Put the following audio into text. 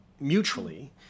mutually